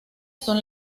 son